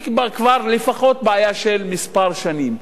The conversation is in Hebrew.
היא לפחות בעיה של כמה שנים: